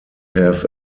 have